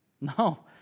No